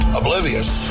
oblivious